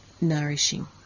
nourishing